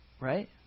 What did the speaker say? Right